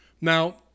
Now